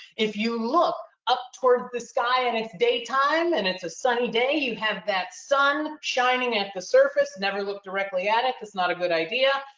if you look up towards the sky and its daytime and it's a sunny day, you have that sun shining at the surface, never looked directly at it. that's not a good idea,